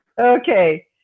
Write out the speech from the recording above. Okay